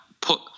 put